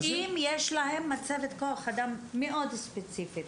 אם יש להם מצבת כוח אדם מאוד ספציפית,